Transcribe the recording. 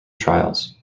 trials